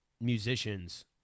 musicians